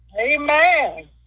Amen